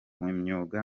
imyuga